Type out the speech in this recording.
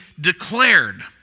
declared